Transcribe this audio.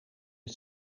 het